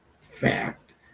fact